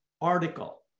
article